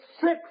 six